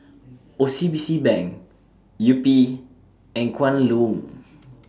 O C B C Bank Yupi and Kwan Loong